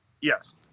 Yes